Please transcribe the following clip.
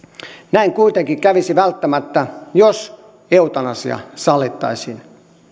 näin kuitenkin kävisi välttämättä jos eutanasia sallittaisiin